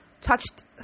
touched